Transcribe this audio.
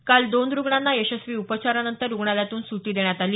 काल दोन रुग्णांना यशस्वी उपचारानंतर रुग्णालयातून सुटी देण्यात आली